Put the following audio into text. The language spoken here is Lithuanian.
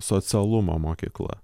socialumo mokykla